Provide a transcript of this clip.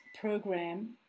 program